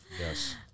Yes